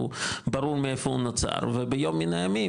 ברור מאיפה הוא נוצר וביום מין הימים,